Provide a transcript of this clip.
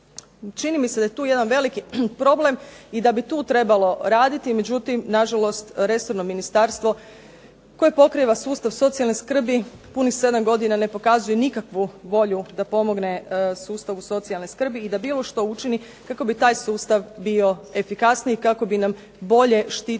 čini mi se da je tu jedan veliki problem i da bi tu trebalo raditi, međutim nažalost resorno ministarstvo koji pokriva sustav socijalne skrbi punih 7 godina ne pokazuje nikakvu volju da pomogne sustavu socijalne skrbi i da bilo što učini kako bi taj sustav bio efikasniji, kako bi nam bolje štitio